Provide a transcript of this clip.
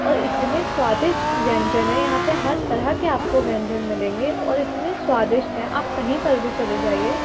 और इतने स्वादिष्ट व्यंजन है यहाँ पे हर तरह के आपको व्यंजन मिलेंगे और इतने स्वादिष्ट है कहीं पर भी चले जाइए